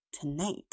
tonight